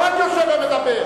לא רק יושב ומדבר.